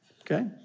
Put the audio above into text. Okay